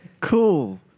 Cool